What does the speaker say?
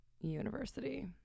University